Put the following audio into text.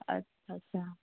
اچھا اچھا